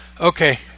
okay